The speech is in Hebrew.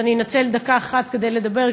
אז אני אנצל דקה אחת כדי לדבר,